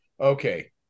okay